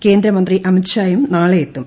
കേന്ദ്രമന്ത്രി അമിത് ഷായും നാളെയെത്തും